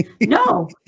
No